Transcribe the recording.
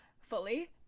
fully